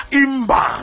imba